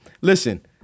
Listen